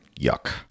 Yuck